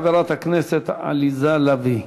חברת הכנסת עליזה לביא.